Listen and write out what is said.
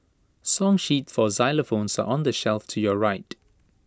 song sheets for xylophones are on the shelf to your right